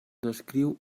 descriu